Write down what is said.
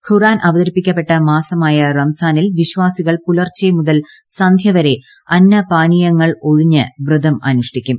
ഖുർ ആൻ അവതരിപ്പിക്കപ്പെട്ട മാസമായ റംസാനിൽ വിശ്വാസികൾ പുലർച്ചെ മുതൽ സന്ധ്യ വരെ അന്നപാനീയങ്ങൾ ഒഴിഞ്ഞ് വ്രതം അനുഷ്ഠിക്കും